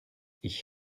ich